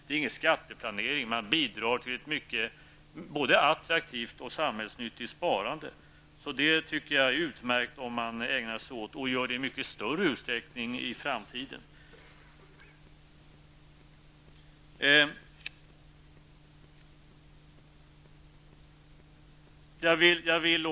Det är ingen skatteplanering, utan man bidrar till ett både attraktivt och samhällsnyttigt sparande. Det är utmärkt att ägna sig åt sådant och gärna i större utsträckning i framtiden.